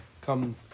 come